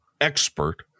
expert